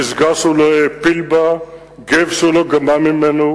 פסגה שהוא לא העפיל בה, גב שהוא לא גמע ממנו,